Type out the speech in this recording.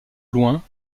loin